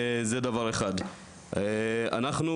כל